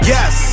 Yes